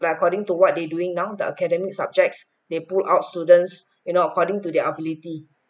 ya according to what they doing now the academic subjects they pull out students you know according to their ability